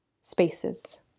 spaces